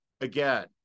again